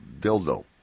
dildo